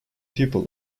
pupil